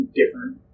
different